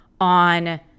on